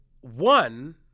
one